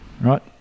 right